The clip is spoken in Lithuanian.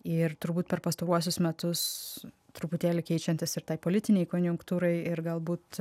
ir turbūt per pastaruosius metus truputėlį keičiantis ir tai politinei konjunktūrai ir galbūt